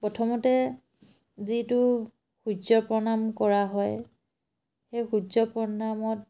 প্ৰথমতে যিটো সূৰ্য প্ৰণাম কৰা হয় সেই সূৰ্য প্ৰণামত